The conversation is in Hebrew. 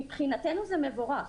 מבחינתנו, זה מבורך.